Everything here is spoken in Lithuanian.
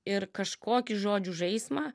ir kažkokį žodžių žaismą